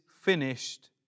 finished